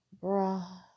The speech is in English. bra